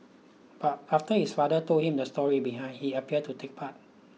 but after his father told him the story behind he appeared to take part